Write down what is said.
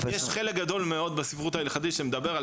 יש חלק גדול מאוד בספרות ההלכתית שמדבר על